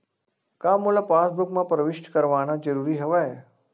का मोला पासबुक म प्रविष्ट करवाना ज़रूरी हवय?